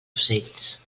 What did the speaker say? ocells